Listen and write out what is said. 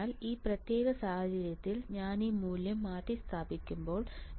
അതിനാൽ ഈ പ്രത്യേക സമവാക്യത്തിൽ ഞാൻ ഈ മൂല്യം മാറ്റിസ്ഥാപിക്കുമ്പോൾ